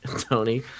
Tony